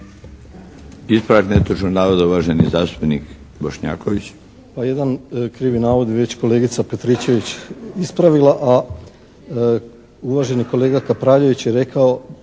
Ispravak netočnog navoda uvaženi zastupnik Bošnjaković. **Bošnjaković, Dražen (HDZ)** Pa jedan krivi navod je već kolegica Petričević ispravila, a uvaženi kolega Kapraljević je rekao